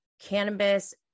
Cannabis